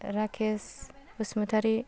Rakesh Basumatary